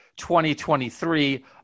2023